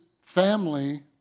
family